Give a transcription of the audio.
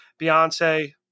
Beyonce